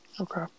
Okay